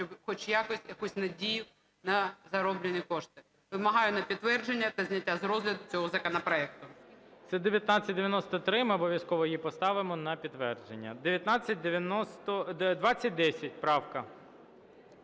якось якусь надію на зароблені кошти. Вимагаю на підтвердження та зняття з розгляду цього законопроекту. ГОЛОВУЮЧИЙ. Це 1993. Ми обов'язково її поставимо на підтвердження. 2010 правка.